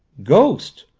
ghost!